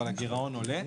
אבל הגירעון עולה.